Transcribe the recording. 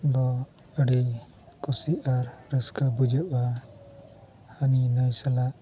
ᱫᱚ ᱟᱹᱰᱤ ᱠᱩᱥᱤ ᱟᱨ ᱨᱟᱹᱥᱠᱟᱹ ᱵᱩᱡᱷᱟᱹᱜᱼᱟ ᱦᱟᱹᱱᱤ ᱱᱟᱹᱭ ᱥᱟᱞᱟᱜ